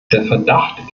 verdacht